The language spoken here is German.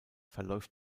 verläuft